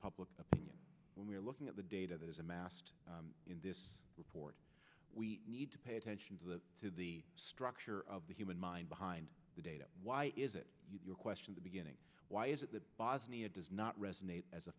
public opinion when we are looking at the data that is amassed in this report we need to pay attention to the to the structure of the human mind behind the data why is it your question the beginning why is it that bosnia does not resonate as a